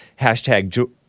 Hashtag